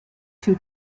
two